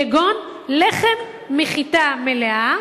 כגון לחם מחיטה מלאה,